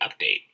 update